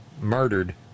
murdered